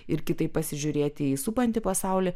ir kitaip pasižiūrėti į supantį pasaulį